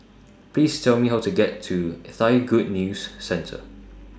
Please Tell Me How to get to Thai Good News Centre